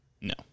No